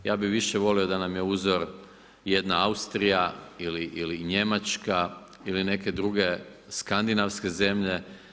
Ja bih više volio da nam je uzor jedna Austrija ili Njemačka ili neke druge skandinavske zemlje.